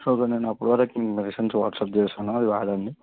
so then నేను అప్పుడు వరకు మీ మెడిసిన్స్ వాట్సాప్ చేస్తాను అవి వాడండి